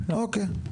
אוקיי.